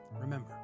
Remember